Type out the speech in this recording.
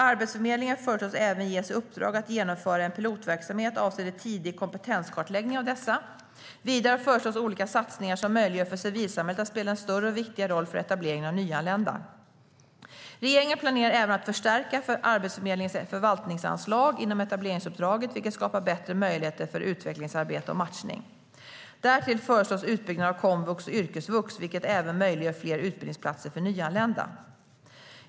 Arbetsförmedlingen föreslås även ges i uppdrag att genomföra en pilotverksamhet avseende tidig kompetenskartläggning av dessa. Vidare föreslås olika satsningar som möjliggör för civilsamhället att spela en större och viktigare roll för etableringen av nyanlända. Regeringen planerar även att förstärka Arbetsförmedlingens förvaltningsanslag inom etableringsuppdraget, vilket skapar bättre möjligheter för utvecklingsarbete och matchning. Därtill föreslås utbyggnad av komvux och yrkesvux, vilket även möjliggör fler utbildningsplatser för nyanlända.